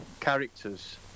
characters